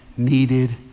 needed